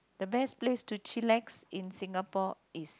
the best place to chillax in Singapore is